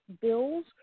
bills